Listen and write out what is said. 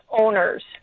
owner's